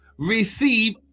receive